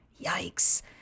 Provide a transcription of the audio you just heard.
Yikes